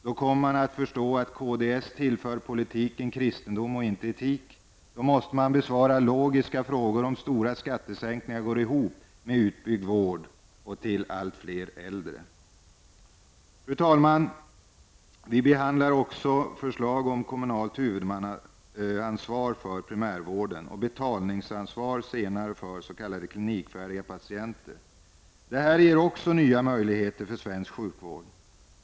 Då förstår man att kds tillför politiken kristendom och inte etik. Då måste man besvara logiska frågor om stora skattesänkningar går ihop med utbyggd vård till allt fler äldre. Fru talman! Vi behandlar också förslag om kommunalt huvudmannaansvar för primärvården och betalningsansvaret för s.k. klinikfärdiga patienter. Det ger nya möjligheter i den svenska sjukvården.